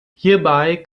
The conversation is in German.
hierbei